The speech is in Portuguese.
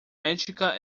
ética